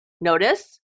notice